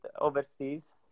overseas